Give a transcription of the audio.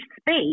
speak